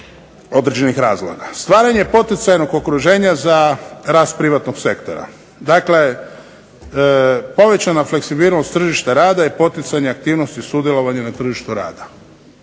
određenih razloga. Stvaranje poticajnog okruženja za rast privatnog sektora. Dakle, povećana fleksibilnost tržišta rada i poticanje aktivnosti sudjelovanja na tržištu rada.